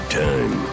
time